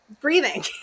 breathing